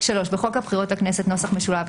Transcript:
בחוק הבחירות לכנסת (נוסח משולב),